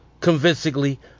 convincingly